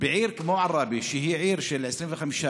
בעיר כמו עראבה, שהיא עיר של 25,000